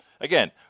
Again